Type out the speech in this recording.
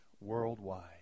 worldwide